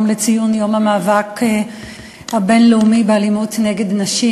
לציון יום המאבק הבין-לאומי באלימות נגד נשים.